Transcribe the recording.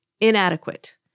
inadequate